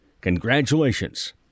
congratulations